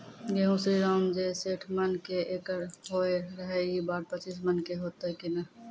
गेहूँ श्रीराम जे सैठ मन के एकरऽ होय रहे ई बार पचीस मन के होते कि नेय?